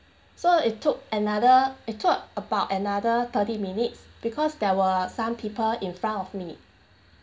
so it took another it took about another thirty minutes because there were some people in front of me